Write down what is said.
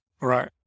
Right